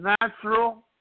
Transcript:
natural